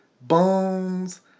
bones